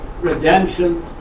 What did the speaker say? redemption